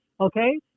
Okay